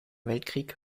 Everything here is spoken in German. weltkrieg